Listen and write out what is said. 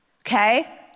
Okay